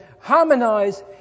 harmonize